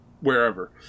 wherever